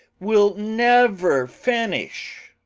we'll never finish.